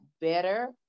better